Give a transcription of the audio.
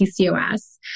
PCOS